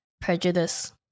prejudice